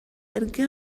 эргэ